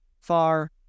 far